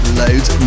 loads